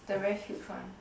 the very huge one